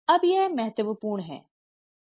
अब यह महत्वपूर्ण है